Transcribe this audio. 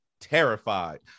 terrified